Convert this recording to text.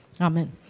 Amen